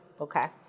Okay